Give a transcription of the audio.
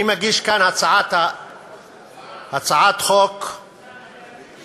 אני מגיש כאן הצעת חוק לקביעה